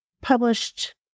published